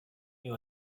you